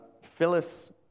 Phyllis